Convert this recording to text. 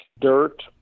dirt